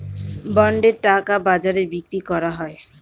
বন্ডের টাকা বাজারে বিক্রি করা হয়